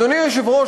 אדוני היושב-ראש,